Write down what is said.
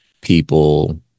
people